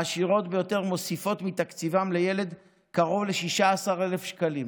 העשירות ביותר מוסיפות מתקציבן לילד קרוב ל-16,000 שקלים.